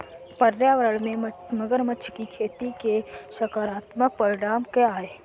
पर्यावरण में मगरमच्छ की खेती के सकारात्मक परिणाम क्या हैं?